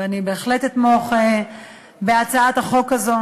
ואני בהחלט אתמוך בהצעת החוק הזו.